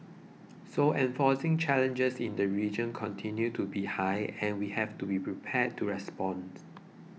so enforcing challenges in the region continue to be high and we have to be prepared to respond